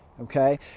okay